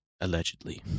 Allegedly